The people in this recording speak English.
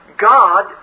God